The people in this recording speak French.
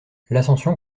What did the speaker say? l’ascension